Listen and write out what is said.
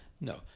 No